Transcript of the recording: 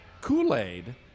Kool-Aid